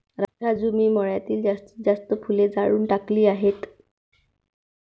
राजू मी मळ्यातील जास्तीत जास्त फुले जाळून टाकली आहेत